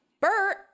Bert